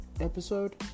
episode